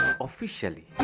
officially